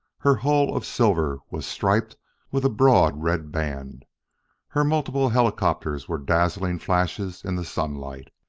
her hull of silver was striped with a broad red band her multiple helicopters were dazzling flashes in the sunlight.